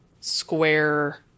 square